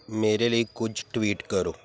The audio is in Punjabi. ਮੇਰੇ ਲਈ ਕੁਝ ਟਵੀਟ ਕਰੋ